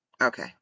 Okay